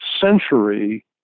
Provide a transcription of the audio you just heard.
century